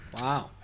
Wow